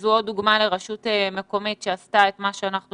וזו הדוגמה לרשות מקומית שעשתה את מה שאנחנו